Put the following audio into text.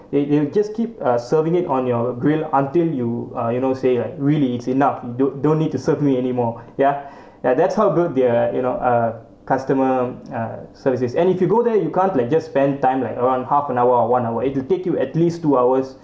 they they will just keep uh serving it on your grill until you uh you know say like really it's enough don't don't need to serve me anymore ya ya that's how good their you know uh customer uh services and if you go there you can't like just spend time like around half an hour or one hour it will take you at least two hours